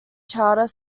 charter